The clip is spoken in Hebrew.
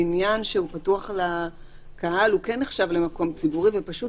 בניין שהוא פתוח לקהל כן נחשב למקום ציבורי ופשוט